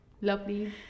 lovely